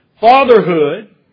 Fatherhood